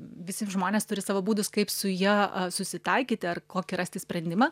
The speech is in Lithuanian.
visi žmonės turi savo būdus kaip su ja susitaikyti ar kokį rasti sprendimą